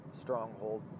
stronghold